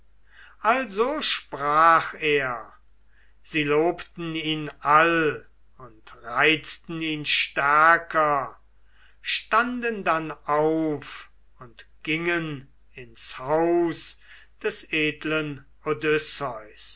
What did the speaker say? also sprach er sie lobten ihn all und reizten ihn stärker standen dann auf und gingen ins haus des edlen